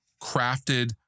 crafted